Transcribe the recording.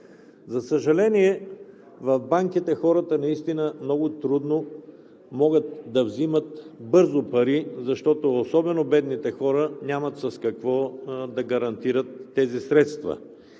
За съжаление, в банките хората наистина много трудно могат да взимат бързо пари, защото особено бедните хора нямат с какво да гарантират тези средства.